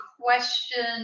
question